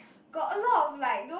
got a lot of like those